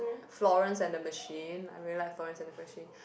Florence and the Machine I really like Florence and the Machine